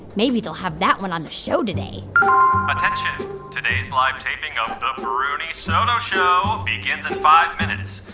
maybe they'll have that one on the show today attention today's live taping of um the um ah bruni soto show begins in five minutes.